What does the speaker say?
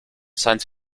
science